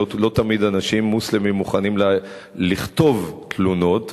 לא תמיד אנשים מוסלמים מוכנים לכתוב תלונות,